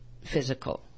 physical